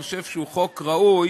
אני חושב שהוא חוק ראוי,